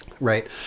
right